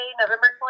November